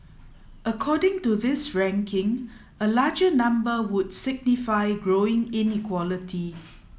according to this ranking a larger number would signify growing inequality